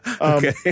Okay